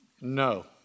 No